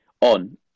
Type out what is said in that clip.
on